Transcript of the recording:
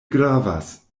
gravas